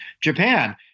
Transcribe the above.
Japan